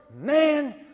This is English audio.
Man